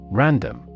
random